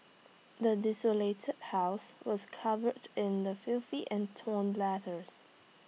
the desolated house was covered in the filthy and torn letters